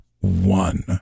one